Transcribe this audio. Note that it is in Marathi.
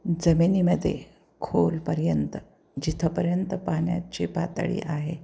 जमिनीमध्ये खोलपर्यंत जिथंपर्यंत पाण्याची पातळी आहे